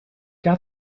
got